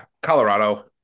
Colorado